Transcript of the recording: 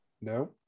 No